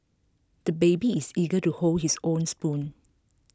the baby is eager to hold his own spoon